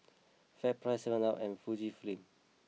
FairPrice seven up and Fujifilm